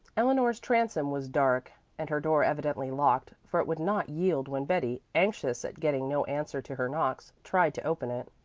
eleanor's transom was dark and her door evidently locked, for it would not yield when betty, anxious at getting no answer to her knocks, tried to open it.